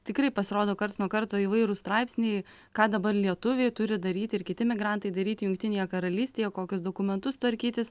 tikrai pasirodo karts nuo karto įvairūs straipsniai ką dabar lietuviai turi daryti ir kiti migrantai daryti jungtinėje karalystėje kokius dokumentus tvarkytis